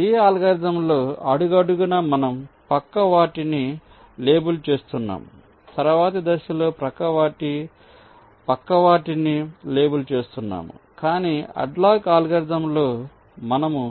లీ అల్గోరిథంలో అడుగడుగునా మనం ప్రక్క వాటిని లేబుల్ చేస్తున్నాం తరువాతి దశలో ప్రక్క వాటి ప్రక్క వాటిని లేబుల్ చేస్తున్నాము కాని హాడ్లాక్ అల్గోరిథంలో మనము